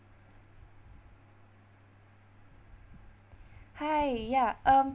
hi ya um